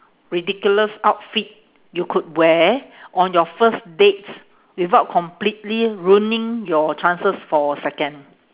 ridiculous outfit you could wear on your first dates without completely ruining your chances for a second